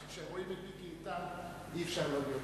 כשרואים את מיקי איתן, אי-אפשר לא להיות נמרץ.